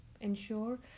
ensure